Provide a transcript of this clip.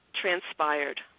transpired